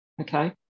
okay